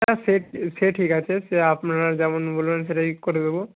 হ্যাঁ সে সে ঠিক আছে সে আপনারা যেমন বলবেন সেটাই করে দেবো